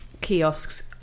kiosks